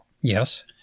Yes